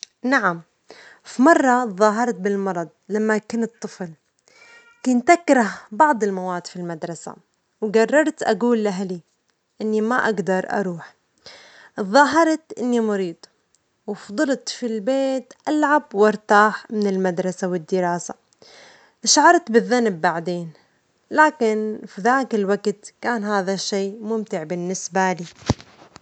نعم، في مرة تظاهرت بالمرض لما كنت طفل، كنت أكره بعض المواد في المدرسة وجررت أجول لأهلي إني ما أقدر أروح، تظاهرت إني مريض وفضلت في البيت ألعب وأرتاح من المدرسة والدراسة، شعرت بالذنب بعدين، لكن في ذاك الوقت كان هذا الشي ممتع بالنسبة لي.